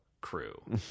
crew